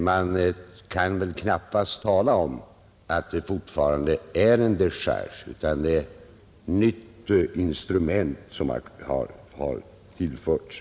Man kan väl knappast säga att det fortfarande är en decharge utan det är ett nytt instrument som har tillskapats.